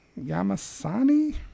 yamasani